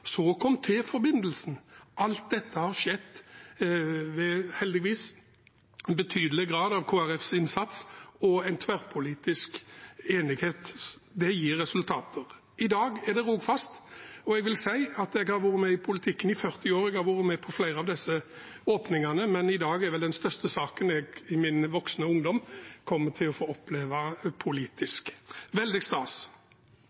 Så kom T-forbindelsen. Alt dette har skjedd, heldigvis, med en betydelig grad av innsats fra Kristelig Folkeparti og en tverrpolitisk enighet. Det gir resultater. I dag er det Rogfast. Jeg har vært med i politikken i 40 år, og jeg har vært med på flere av disse åpningene, men i dag er det vel den største saken jeg i min voksne ungdom kommer til å få oppleve